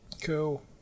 Cool